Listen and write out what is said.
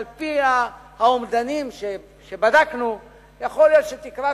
על-פי האומדנים שבדקנו יכול להיות שתקרת